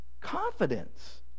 confidence